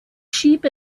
sheep